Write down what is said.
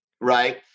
right